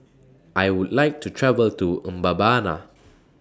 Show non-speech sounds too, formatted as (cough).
I Would like to travel to Mbabana (noise)